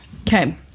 okay